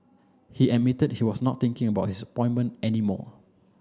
he admitted he was not thinking about his appointment any more